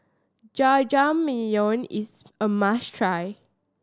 jajangmyeon is a must try